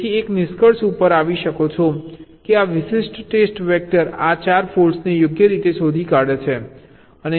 તેથી તમે નિષ્કર્ષ ઉપર આવી શકો છો કે આ વિશિષ્ટ ટેસ્ટ વેક્ટર આ 4 ફોલ્ટ્સને યોગ્ય રીતે શોધી કાઢે છે